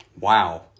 Wow